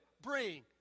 bring